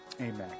amen